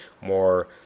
more